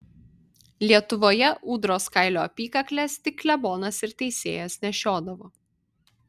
lietuvoje ūdros kailio apykakles tik klebonas ir teisėjas nešiodavo